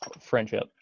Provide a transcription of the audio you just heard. friendship